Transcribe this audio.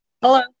Hello